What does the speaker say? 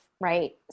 right